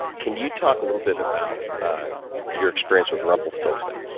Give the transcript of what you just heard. can you talk a little bit about your experience with rumpelstiltskin?